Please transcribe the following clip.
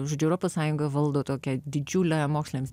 žodžiu europos sąjunga valdo tokią didžiulę moksliniams